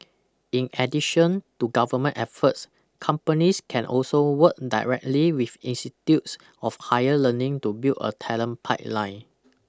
in addition to government efforts companies can also work directly with institutes of higher learning to build a talent pipeline